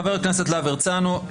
חבר הכנסת להב הרצנו,